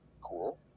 Cool